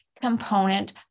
component